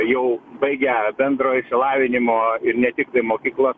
jau baigę bendro išsilavinimo ir ne tiktai mokyklas